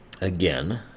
Again